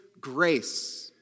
grace